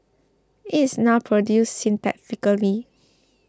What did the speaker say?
it is now produced synthetically